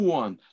one